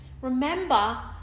Remember